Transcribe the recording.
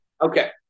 okay